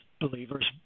believers